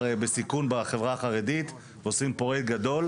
בסיכון בחברה החרדית ועושים פרויקט גדול,